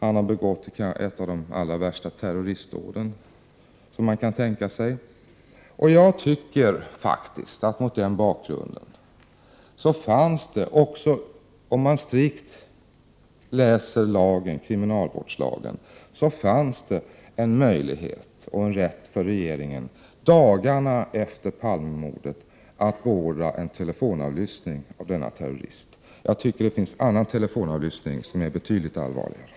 Han har begått det allra värsta terroristdåd som man kan tänka sig. Jag tycker faktiskt att mot den bakgrunden — om man strikt läser kriminalvårdslagen — fanns det en möjlighet och en rätt för regeringen att dagarna efter Palmemordet beordra en telefonavlyssning av denne terrorist. Det finns annan telefonavlyssning som är betydligt allvarligare.